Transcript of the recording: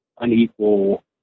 unequal